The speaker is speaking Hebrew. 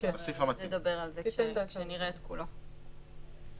נדבר על זה כשנראה את כולו.